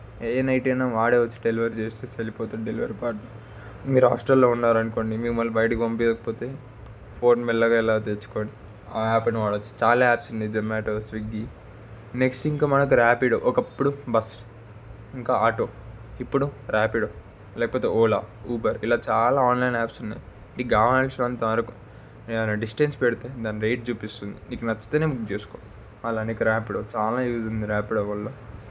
ఏ night అయినా వాడే వచ్చి డెలివరీ చేసేసి వెళ్ళిపోతుండేది డెలివరీ పార్ట్ మీరు హాస్టల్లో ఉన్నారు అనుకోండి మిమ్మల్ని బయటకి పంపించకపోతే ఫోన్ని మెల్లగా ఎలాగో తెచ్చుకొని ఆ యాప్ని వాడవచ్చు చాలా యాప్స్ ఉంది జొమాటో స్విగ్గీ నెక్స్ట్ ఇంకా మనకి రాపిడో ఒకప్పుడు బస్సు ఇంకా ఆటో ఇప్పుడు రాపిడో లేకపోతే ఓలా ఉబర్ ఇలా చాలా ఆన్లైన్ యాప్స్ ఉన్నాయి నీకు కావాలసినంత వరకు నువ్వు ఏదైనా డిస్టెన్స్ పెడితే దాని రేట్ చూపిస్తుంది నీకు నచ్చితేనే బుక్ చేసుకో అలాగే రాపిడో చాలా యూజ్ ఉంది రాపిడో వల్ల